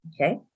Okay